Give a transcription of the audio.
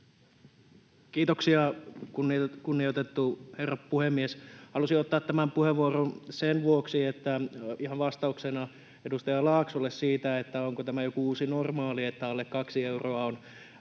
Kiitoksia, kunnioitettu herra puhemies! Halusin ottaa tämän puheenvuoron ihan vastauksena edustaja Laaksolle siitä, onko tämä joku uusi normaali, että tulevaisuudessa